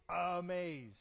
amazed